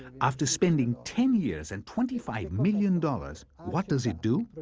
after spending ten years and twenty five million dollars, what does it do?